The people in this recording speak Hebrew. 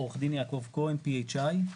עורך דין יעקב כהן, PHI,